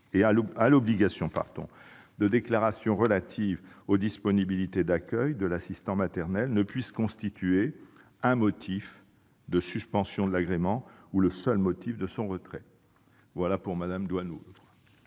à l'obligation de déclaration relative aux disponibilités d'accueil de l'assistant maternel ne puisse constituer un motif de suspension de l'agrément ou le seul motif de son retrait. Mme Doineau